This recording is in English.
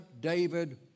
David